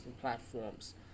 platforms